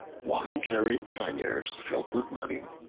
one carried panniers filled with money,